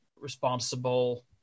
responsible